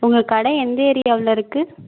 உங்கள் கடை எந்த ஏரியாவில் இருக்குது